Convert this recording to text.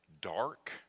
dark